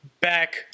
back